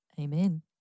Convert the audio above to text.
Amen